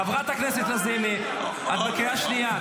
חברת הכנסת לזימי, את בקריאה שנייה.